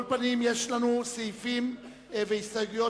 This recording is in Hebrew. אני אמליץ בפני הנהלת